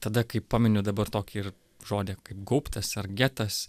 tada kai paminiu dabar tokį ir žodį kaip gaubtas ar getas